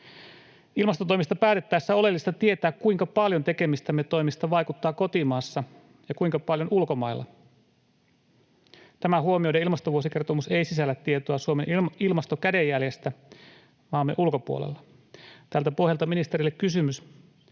Ilmastotoimista päätettäessä oleellista on tietää, kuinka paljon tekemistämme toimista vaikuttaa kotimaassa ja kuinka paljon ulkomailla. Tämä huomioiden ilmastovuosikertomus ei sisällä tietoa Suomen ilmastokädenjäljestä maamme ulkopuolella. Tältä pohjalta ministerille kysymys: